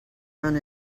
run